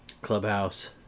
Clubhouse